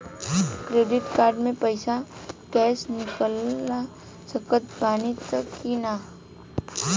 Credit card से पईसा cash निकाल सकत बानी की ना?